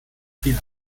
viel